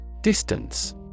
Distance